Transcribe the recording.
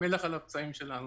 מלח על הפצעים שלנו.